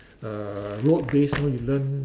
uh rote based oh you learn